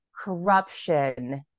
corruption